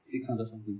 six hundred something